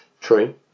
True